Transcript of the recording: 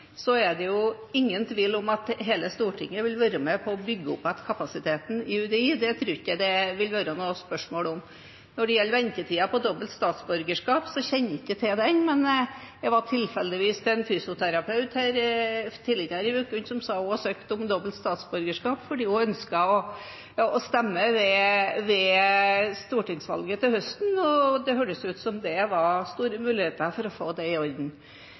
Det er ingen tvil om at hele Stortinget vil være med på å bygge opp igjen kapasiteten i UDI. Det tror jeg ikke det vil være noe spørsmål om. Når det gjelder ventetiden på behandling av dobbelt statsborgerskap, kjenner jeg ikke til den, men jeg var tilfeldigvis hos en fysioterapeut tidligere i uka som sa at hun hadde søkt om dobbelt statsborgerskap fordi hun ønsket å stemme ved stortingsvalget til høsten, og det hørtes ut som om det var store muligheter for å få det i orden.